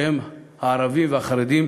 שהן הערבים והחרדים,